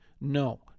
No